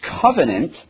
covenant